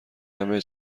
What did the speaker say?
همه